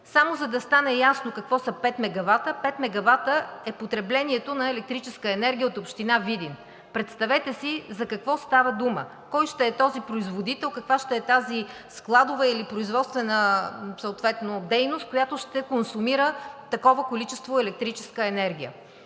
Само за да стане ясно какво са пет мегавата, пет мегавата е потреблението на електрическа енергия от община Видин. Представете си за какво става дума. Кой ще е този производител, каква ще е тази складова или производствена съответно дейност, която ще консумира такова количество електрическа енергия?